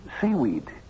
seaweed